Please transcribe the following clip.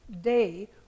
day